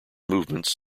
movements